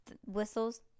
Whistles